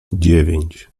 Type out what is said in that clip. dziewięć